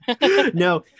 no